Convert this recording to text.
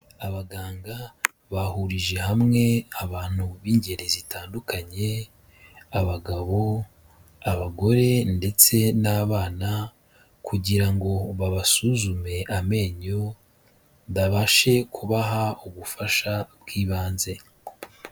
Abaganga bahurije hamwe abantu b'ingeri zitandukanye, abagabo, abagore ndetse n'abana kugira ngo babasuzume amenyo, babashe kubaha ubufasha bw'ibanze.